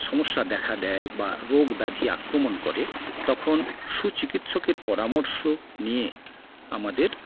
সমস্যা দেখা দেয় বা রোগব্যাধি আক্রমণ করে তখন সুচিকিৎসকের পরামর্শ নিয়ে আমাদের